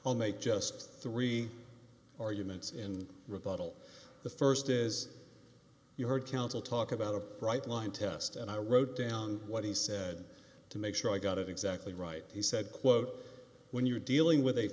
i'll make just three arguments in rebuttal the st is you heard counsel talk about a bright line test and i wrote down what he said to make sure i got it exactly right he said quote when you're dealing with a